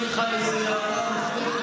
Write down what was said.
זה המקום לטפל,